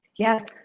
Yes